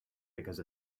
because